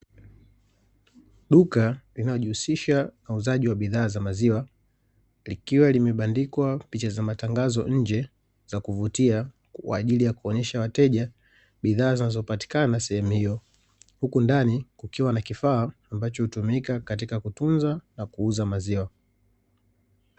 Duka linalojihusisha na uuzaji wa bidhaa za maziwa likiwa limebandikwa picha za matangazo nje za kuvutia kwa ajili ya kuonyesha wateja bidhaa zinazopatikana sehemu hiyo. Huku ndani kukiwa na kifaa ambacho hutumika katika kutunza na kuuza maziwa.